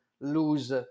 lose